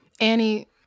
Annie